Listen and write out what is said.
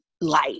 life